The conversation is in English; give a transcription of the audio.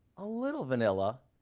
a little vanilla,